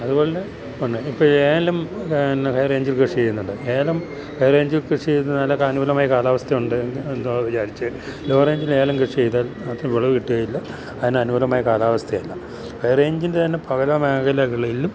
അതുപോലെതന്നെ ഇപ്പോള് ഏലം പിന്നെ ഹൈ റേഞ്ചിൽ കൃഷി ചെയ്യുന്നുണ്ട് ഏലം ഹൈ റേഞ്ചിൽ കൃഷി ചെയ്തിരുന്നാല് അനുകൂലമായ കാലാവസ്ഥയുണ്ട് എന്നു വിചാരിച്ച് ലോ റേഞ്ചിൽ ഏലം കൃഷി ചെയ്താൽ അത്ര വിളവു കിട്ടുകയില്ല അതിന് അനുകൂലമായ കാലാവസ്ഥയല്ല ഹൈ റേഞ്ചിൻ്റെ തന്നെ പല മേഖലകളിലും